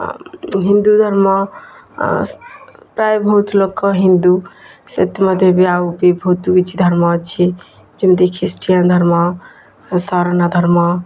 ହିନ୍ଦୁ ଧର୍ମ ପ୍ରାୟ ବହୁତ ଲୋକ ହିନ୍ଦୁ ସେଥି ମଧ୍ୟରୁ ଆଉ ବି ବହୁତ କିଛି ଧର୍ମ ଅଛି ଯେମିତି ଖ୍ରୀଷ୍ଟିଆନ ଧର୍ମ ଓ ସାରନା ଧର୍ମ